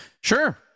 Sure